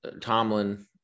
Tomlin